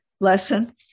lesson